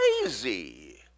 crazy